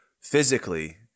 physically